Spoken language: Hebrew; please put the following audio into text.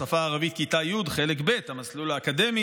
השפה הערבית, כיתה י', חלק ב', המסלול האקדמי.